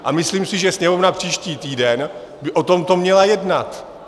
A myslím si, že Sněmovna příští týden by o tom měla jednat.